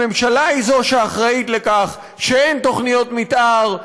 הממשלה היא שאחראית לכך שאין תוכניות מתאר,